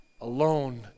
alone